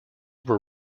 were